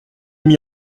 mis